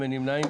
אין נמנעים,